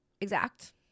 exact